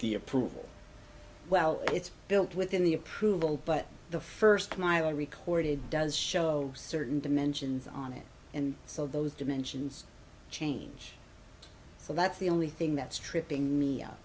the approval well it's built within the approval but the first mile recorded does show certain dimensions on it and so those dimensions change so that's the only thing that's tripping me